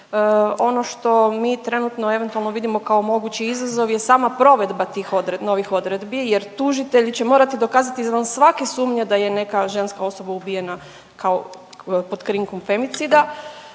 Ono što mi trenutno eventualno vidimo kao mogući izazov je sama provedba tih novih odredbi, jer tužitelji će morati dokazati izvan svake sumnje da je neka ženska osoba ubijena kao, pod krinkom femicida.